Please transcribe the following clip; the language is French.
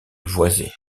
voisée